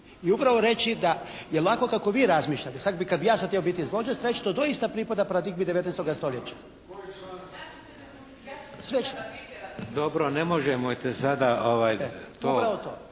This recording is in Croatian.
I upravo reći da jer ovako kako vi razmišljate, sad bi, kad bih ja sad htio biti zločesti već to doista pripada paradigmi 19. stoljeća. … /Upadice se ne razumiju./